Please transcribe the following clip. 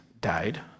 died